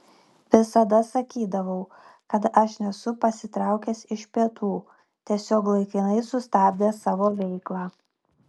visada sakydavau kad aš nesu pasitraukęs iš pietų tiesiog laikinai sustabdęs savo veiklą